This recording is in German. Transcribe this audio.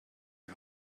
die